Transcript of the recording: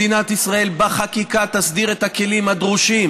מדינת ישראל תסדיר בחקיקה את הכלים הדרושים